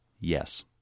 yes